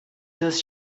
does